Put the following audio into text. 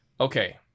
Okay